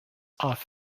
off